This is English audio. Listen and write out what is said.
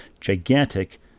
gigantic